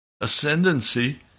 ascendancy